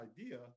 idea